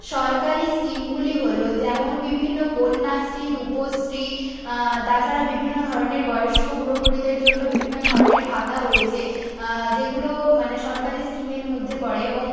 সরকারি স্কিমগুলি হল যেমন বিভিন্ন কন্যাশ্রী রূপশ্রী তাছাড়া বিভিন্ন ধরনের বয়স্ক বুড়ো বুড়িদের জন্য বিভিন্ন ধরনের ভাতা রয়েছে যেগুলো মানে সরকারি স্কিমের মধ্যে পড়ে এবং